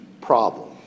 problem